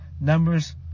Numbers